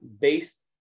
based